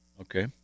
Okay